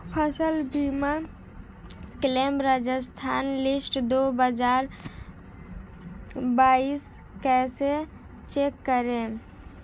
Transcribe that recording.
फसल बीमा claim Rajasthan list दो हज़ार बाईस कैसे चेक करें?